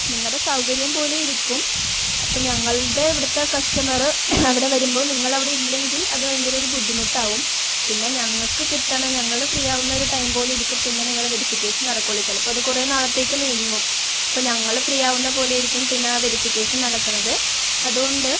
നിങ്ങളുടെ സൗകര്യം പോലെ ഇരിക്കും അപ്പോള് ഞങ്ങളുടെ ഇവിടത്തെ കസ്റ്റമര് അവിടെ വരുമ്പോള് നിങ്ങളവിടെ ഇല്ലെങ്കിൽ അതു ഭയങ്കര ഒരു ബുദ്ധിമുട്ടാവും പിന്നെ ഞങ്ങള്ക്കു കിട്ടണ ഞങ്ങള് ഫ്രീ ആവുന്ന ഒരു ടൈം പോലെയിരിക്കും പിന്നെ നിങ്ങളുടെ വെരിഫിക്കേഷൻ നടക്കുകയുള്ളൂ ചിലപ്പോള് അതു കുറേ നാളത്തേക്കു നീങ്ങും അപ്പോള് ഞങ്ങള് ഫ്രീ ആവുന്ന പോലെ ഇരിക്കും പിന്നെ ആ വെരിഫിക്കേഷൻ നടക്കുന്നത് അതുകൊണ്ട്